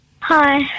Hi